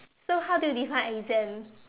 so how do you define exam